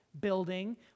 building